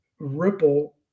Ripple